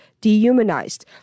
dehumanized